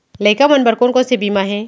लइका मन बर कोन कोन से बीमा हे?